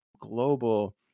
global